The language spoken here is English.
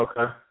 Okay